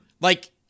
like-